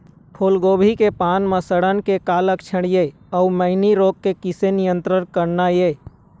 फूलगोभी के पान म सड़न के का लक्षण ये अऊ मैनी रोग के किसे नियंत्रण करना ये?